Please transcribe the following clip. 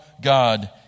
God